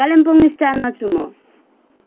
कालिम्पोङ स्ट्यान्डमा छु म